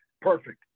Perfect